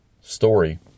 story